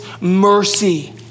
mercy